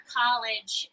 college